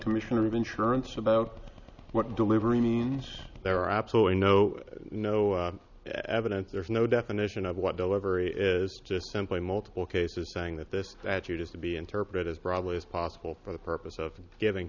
commissioner of insurance about what delivery means there are absolutely no no evidence there's no definition of what delivery is just simply multiple cases saying that this attitude is to be interpreted as broadly as possible for the purpose of giving